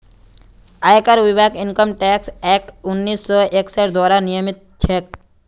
आयकर विभाग income tax act उन्नीस सौ इकसठ द्वारा नियमित छेक